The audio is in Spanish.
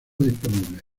disponible